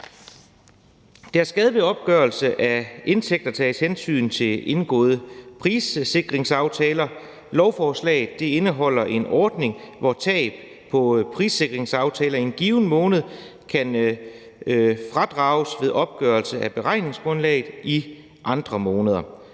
Der skal ved opgørelse af indtægter tages hensyn til indgåede prissikringsaftaler. Lovforslaget indeholder en ordning, hvor tab på prissikringsaftaler i en given måned kan fradrages ved opgørelse af beregningsgrundlaget i andre måneder.